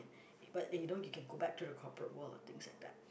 but you know you can go back to the corporate world and things like that